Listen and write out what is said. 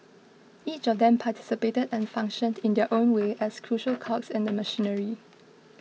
each of them participated and functioned in their own way as crucial cogs in the machinery